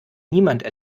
niemand